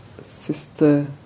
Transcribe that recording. Sister